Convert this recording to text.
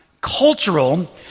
Cultural